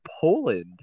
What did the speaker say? Poland